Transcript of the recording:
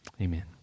amen